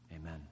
amen